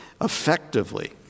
effectively